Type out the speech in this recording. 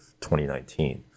2019